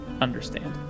understand